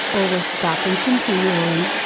or were stopping continually,